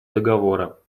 договора